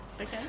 okay